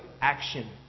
action